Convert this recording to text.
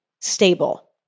stable